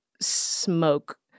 smoke